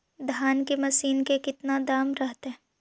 धान की मशीन के कितना दाम रहतय?